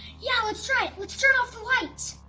yeah let's try it! let's turn off the lights!